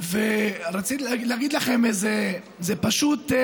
רציתי להגיד לכם, זה פשוט: